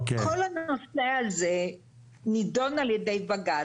כל הנושא הזה נידון על ידי בג"צ,